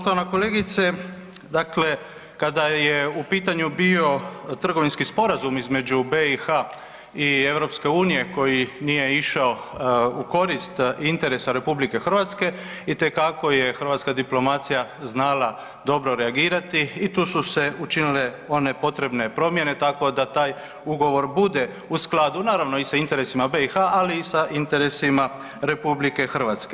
Poštovana kolegice, dakle kada je u pitanju bio trgovinski sporazum između BiH i EU koji nije išao u korist interesa RH, itekako je hrvatska diplomacija znala dobro reagirati i tu su se učinile one potrebne promjene tako da taj ugovor bude u skladu naravno i sa interesima BiH, ali i sa interesima RH.